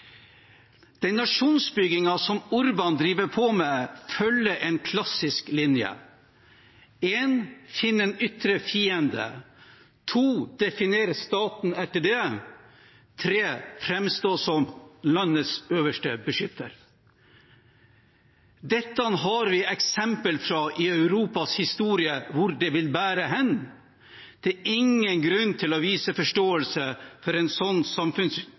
Den nasjonsbyggingen som Orbán driver på med, følger en klassisk linje: 1. finne en ytre fiende, 2. definere staten etter det, 3. framstå som landets øverste beskytter. Dette har vi eksempler på i Europas historie hvor vil bære hen. Det er ingen grunn til å vise forståelse for en